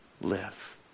live